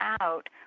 out